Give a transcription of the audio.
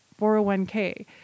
401k